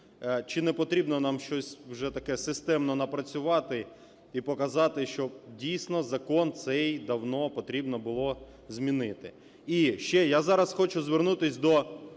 Чи не потрібно нам щось вже таке системно напрацювати і показати, що дійсно закон цей давно потрібно було змінити. І ще, я зараз хочу звернутися до